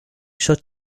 shut